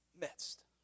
midst